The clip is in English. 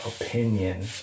opinion